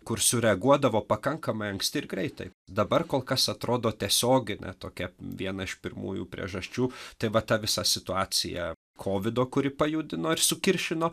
kur sureaguodavo pakankamai anksti ir greitai dabar kol kas atrodo tiesioginė tokia viena iš pirmųjų priežasčių tai va ta visa situacija kovido kuri pajudino ir sukiršino